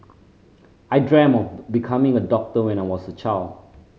I dreamt of becoming a doctor when I was a child